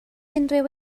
unrhyw